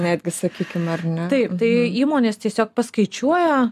netgi sakykim ar taip tai įmonės tiesiog paskaičiuoja